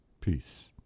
Peace